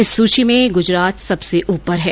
इस सूची में गुजरात सबसे ऊपर है